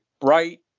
bright